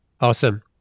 Awesome